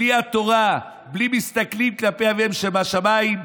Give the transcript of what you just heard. בלי התורה, בלי שמסתכל כלפי אביו שבשמיים,